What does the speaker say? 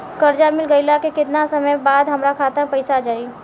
कर्जा मिल गईला के केतना समय बाद हमरा खाता मे पैसा आ जायी?